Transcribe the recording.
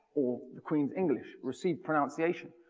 or the queen's english. received pronunciation.